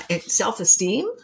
self-esteem